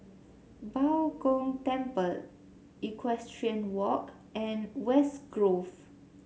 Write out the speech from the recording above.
Bao Gong Temple Equestrian Walk and West Grove